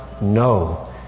no